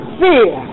fear